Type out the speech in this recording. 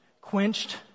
quenched